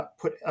put